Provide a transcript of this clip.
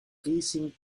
casing